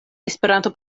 esperanto